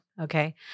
okay